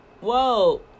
whoa